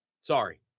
Sorry